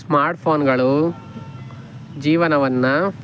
ಸ್ಮಾರ್ಟ್ಫೋನ್ಗಳು ಜೀವನವನ್ನು